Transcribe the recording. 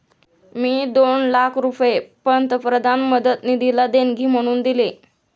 मी दोन लाख रुपये पंतप्रधान मदत निधीला देणगी म्हणून दिले